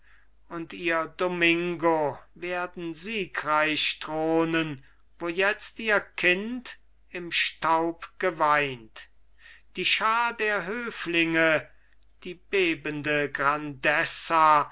und ihr domingo werden siegreich thronen wo jetzt ihr kind im staub geweint die schar der höflinge die bebende